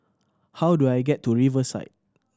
how do I get to Riverside